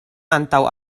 antaŭ